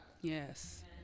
Yes